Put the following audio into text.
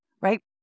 Right